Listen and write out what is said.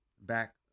Back